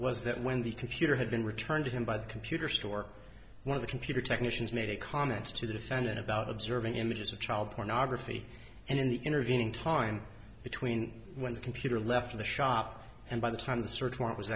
was that when the computer had been returned to him by the computer store one of the computer technicians made a comment to the defendant about observing images of child pornography and in the intervening time between when the computer left the shop and by the time the search warrant was